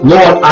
Lord